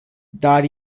dar